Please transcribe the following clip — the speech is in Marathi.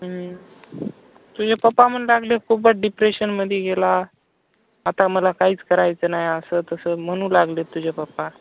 हं तुझे पप्पा म्हणू लागले खूपच डिप्रेशनमध्ये गेला आता मला काहीच करायचं नाही असं तसं म्हणू लागले तुझे पप्पा